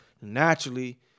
naturally